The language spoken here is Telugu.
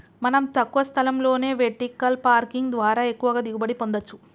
మనం తక్కువ స్థలంలోనే వెర్టికల్ పార్కింగ్ ద్వారా ఎక్కువగా దిగుబడి పొందచ్చు